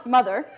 Mother